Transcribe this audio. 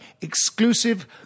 exclusive